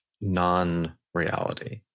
non-reality